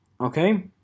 okay